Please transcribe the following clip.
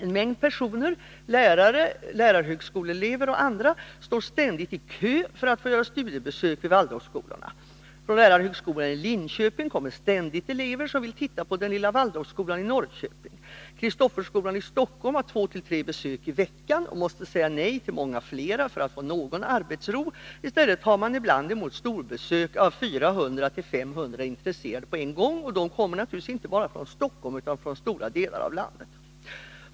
En mängd personer — lärare, lärarhögskoleelever och andra — står ständigt i kö för att få göra studiebesök i Waldorfskolorna. Från lärarhögskolan i Linköping kommer ständigt elever som vill titta på den lilla Waldorfskolan i Norrköping. Kristofferskolan i Stockholm har 2-3 besök i veckan och måste säga nej till många fler för att få arbetsro. I stället tar man ibland emot storbesök av 400-500 intresserade på en gång, och de kommer naturligtvis inte bara från Stockholm utan från stora delar av landet.